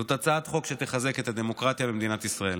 זאת הצעת חוק שתחזק את הדמוקרטיה במדינת ישראל.